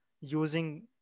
using